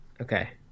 Okay